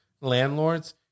landlords